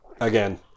Again